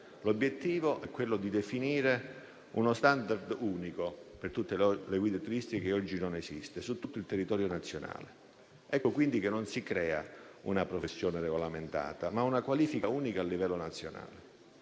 L'obiettivo è quello di definire uno *standard* unico per tutte le guide turistiche, che oggi non esiste, su tutto il territorio nazionale. Non si crea una professione regolamentata, ma una qualifica unica a livello nazionale.